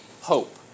hope